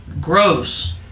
gross